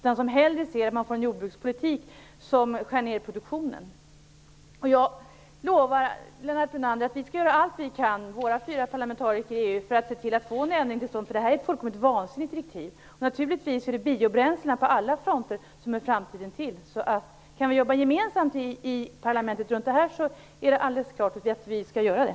De ser hellre att man för en jordbrukspolitik som skär ned produktionen. Jag lovar Lennart Brunander att våra fyra parlamentariker i EU skall göra allt de kan för att få en ändring till stånd, för det är ett fullkomligt vansinnigt direktiv. Naturligtvis är det biobränslena som hör framtiden till på alla fronter. Kan vi jobba gemensamt i parlamentet runt detta är det alldeles klart att vi skall göra det.